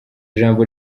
jambo